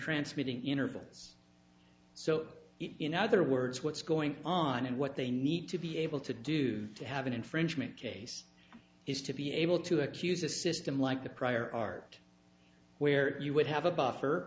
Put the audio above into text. transmitting intervals so in other words what's going on and what they need to be able to do to have an infringement case is to be able to accuse a system like the prior art where you would have a buffer